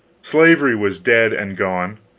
slavery was dead and gone